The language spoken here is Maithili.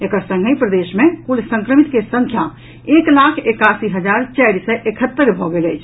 एकर संगहि प्रदेश मे कुल संक्रमित के संख्या एक लाख एकासी हजार चारि सय एकहत्तरि भऽ गेल अछि